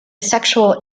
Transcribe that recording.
sexual